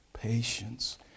patience